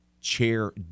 Chair